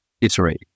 iterate